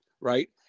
right